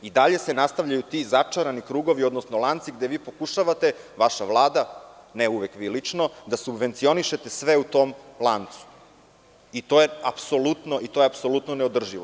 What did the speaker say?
I dalje se nastavljaju ti začarani krugovi, odnosno lanci, gde vi pokušavate, vaša vlada, ne uvek vi lično, da subvencionišete sve u tom lancu i to je apsolutno neodrživo.